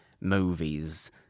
movies